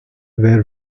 were